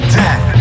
death